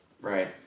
Right